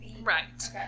Right